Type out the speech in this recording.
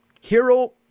hero